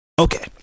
Okay